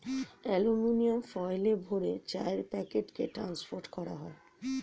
aluminium ফয়েলে ভরে চায়ের প্যাকেটকে ট্রান্সপোর্ট করা হয়